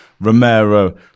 Romero